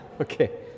okay